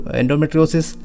endometriosis